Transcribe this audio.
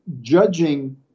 judging